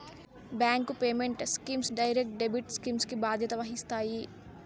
bank payment schemes direct debit scheme కి బాధ్యత వహిస్తాయి